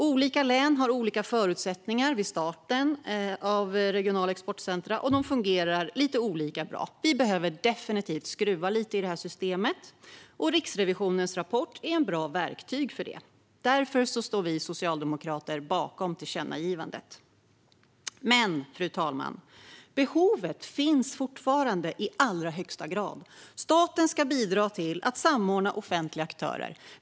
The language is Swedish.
Olika län har olika förutsättningar vid starten av regionala exportcentrum, och de fungerar lite olika bra. Vi behöver definitivt skruva lite i systemet. Riksrevisionens rapport är ett bra verktyg för det. Därför står vi socialdemokrater bakom tillkännagivandet. Fru talman! Behovet finns fortfarande i allra högsta grad. Staten ska bidra till att samordna offentliga aktörer.